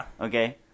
Okay